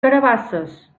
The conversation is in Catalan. carabasses